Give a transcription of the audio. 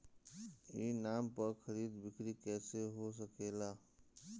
ई नाम पर खरीद बिक्री कैसे हो सकेला?